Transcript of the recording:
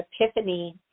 epiphany